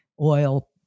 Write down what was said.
oil